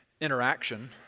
interaction